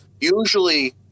usually